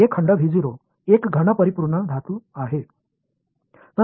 எனவே சரியான உலோகம் இன் புலம் 0 ஆக இருக்கும்